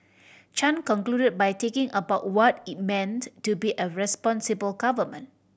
Chan conclusion by taking about what it meant to be a responsible government